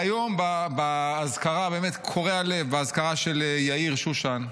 והיום באזכרה, באמת קורע לב, באזכרה של יאיר שושן,